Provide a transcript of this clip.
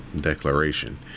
declaration